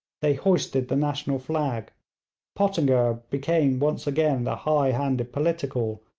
they hoisted the national flag pottinger became once again the high-handed political,